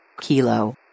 Kilo